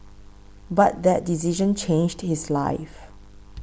but that decision changed his life